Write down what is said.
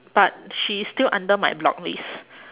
but she is still under my block list